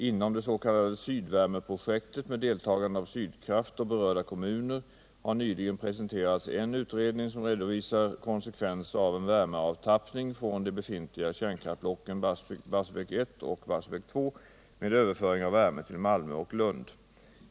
Inom det s.k. Sydvärmeprojektet, med deltagande av Sydkraft och berörda kommuner, har nyligen presenterats en utredning som redovisar konsekvenser av en värmeavtappning från de befintliga kärnkraftsblocken Barsebäck 1 och Barsebäck 2 med överföring av värme till Malmö och Lund.